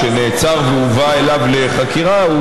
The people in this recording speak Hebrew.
או שנעצר והובא אליו לחקירה,